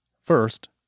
First